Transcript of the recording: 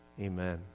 Amen